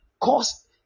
cause